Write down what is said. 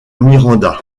miranda